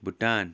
Bhutan